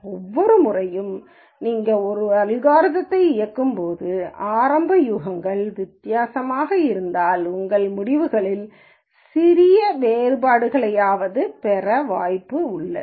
ஒவ்வொரு முறையும் நீங்கள் ஒரு அல்காரிதம்யை இயக்கும் போது ஆரம்ப யூகங்கள் வித்தியாசமாக இருந்தால் உங்கள் முடிவுகளில் சிறிய வேறுபாடுகளையாவது பெற வாய்ப்புள்ளது